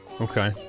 Okay